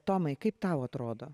tomai kaip tau atrodo